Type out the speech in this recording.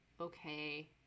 okay